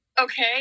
Okay